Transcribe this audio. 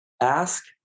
Ask